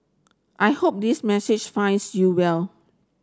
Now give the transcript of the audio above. I hope this message finds you well